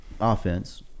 offense